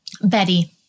Betty